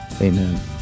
amen